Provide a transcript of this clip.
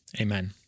amen